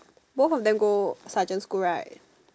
both of them go sergeant school right